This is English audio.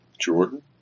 Jordan